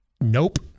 Nope